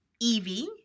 Evie